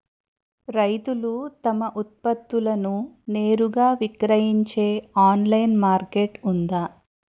రైతులు తమ ఉత్పత్తులను నేరుగా విక్రయించే ఆన్లైన్ మార్కెట్ ఉందా?